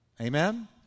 Amen